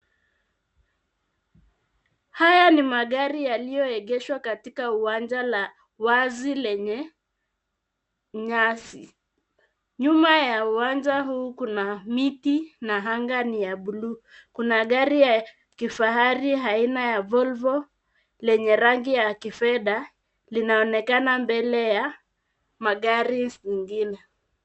Haya ni magari yaliyoegeshwa katika uwanja la wazi, lenye nyasi, nyuma ya uwanja huu kuna miti, na anga ni ya bluu kuna gari la kifahari la aina ya volvo lenye rangi ya kifedha, linaonekana mbele ya magari zingine.